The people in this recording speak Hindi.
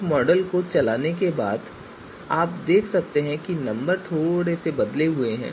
इस मॉडल को चलाने के बाद आप देख सकते हैं कि नंबर थोड़े बदले हुए हैं